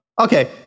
okay